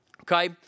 Okay